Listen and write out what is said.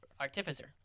Artificer